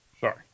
Sorry